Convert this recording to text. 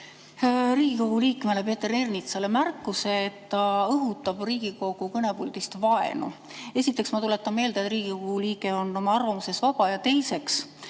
Riigikogu liikmele Peeter Ernitsale märkuse, et ta õhutab Riigikogu kõnepuldist vaenu. Esiteks ma tuletan meelde, et Riigikogu liige on oma arvamuses vaba. Ja teiseks,